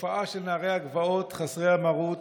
התופעה של נערי הגבעות חסרי המרות